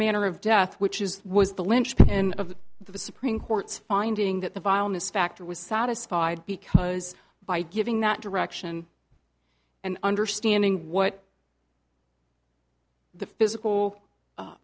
manner of death which is was the linchpin of the supreme court's finding that the vileness factor was satisfied because by giving not direction and understanding what the physical